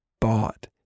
bought